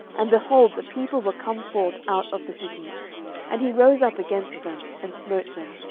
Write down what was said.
and, behold, the people were come forth out of the city and he rose up against them, and smote them.